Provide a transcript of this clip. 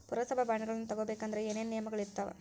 ಪುರಸಭಾ ಬಾಂಡ್ಗಳನ್ನ ತಗೊಬೇಕಂದ್ರ ಏನೇನ ನಿಯಮಗಳಿರ್ತಾವ?